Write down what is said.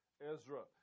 Ezra